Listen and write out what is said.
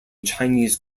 chinese